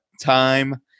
time